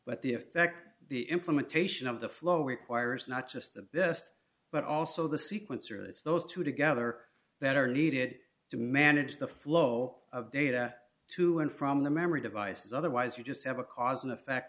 but the effect the implementation of the flow requires not just the best but also the sequencer it's those two together that are needed to manage the flow of data to and from the memory device otherwise you just have a cause and effect